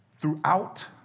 Throughout